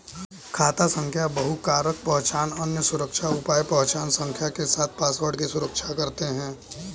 खाता संख्या बहुकारक पहचान, अन्य सुरक्षा उपाय पहचान संख्या के साथ पासवर्ड की सुरक्षा करते हैं